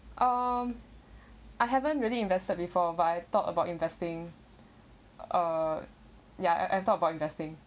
um I haven't really invested before but I thought about investing uh ya I I've thought about investing